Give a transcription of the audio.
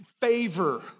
favor